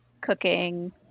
cooking